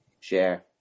share